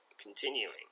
continuing